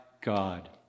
God